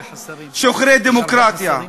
שוחרי דמוקרטיה.